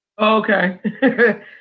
okay